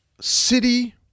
city